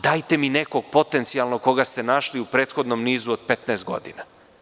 Dajte mi nekog potencijalnog koga ste našli u prethodnom nizu od 15 godina.